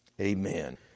Amen